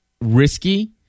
risky